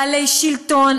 בעלי שלטון,